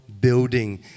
building